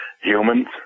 Humans